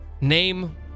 name